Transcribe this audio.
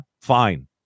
Fine